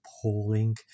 appalling